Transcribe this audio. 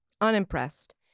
Unimpressed